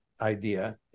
idea